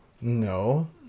No